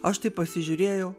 aš taip pasižiūrėjau